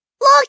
Look